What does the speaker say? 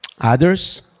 Others